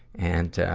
and